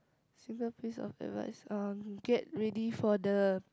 single piece of advice um get ready for the